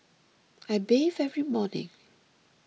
I bathe every morning